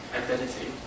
identity